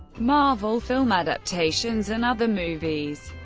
marvel film adaptations and other movies.